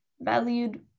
valued